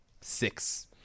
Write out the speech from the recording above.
six